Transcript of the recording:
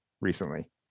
recently